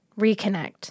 reconnect